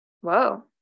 Whoa